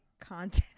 content